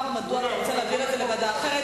מדוע אתה רוצה להעביר את זה לוועדה אחרת.